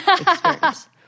experience